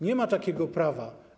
Nie ma takiego prawa.